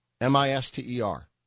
M-I-S-T-E-R